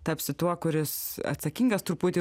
tapsi tuo kuris atsakingas truputį